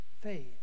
faith